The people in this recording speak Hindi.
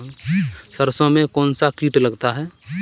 सरसों में कौनसा कीट लगता है?